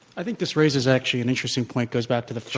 i think this raises, actually, an interesting point goes back to the